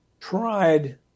tried